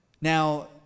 Now